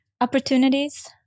opportunities